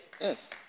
Yes